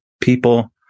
people